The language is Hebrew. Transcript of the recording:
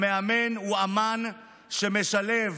המאמן הוא אומן שמשלב